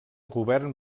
govern